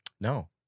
No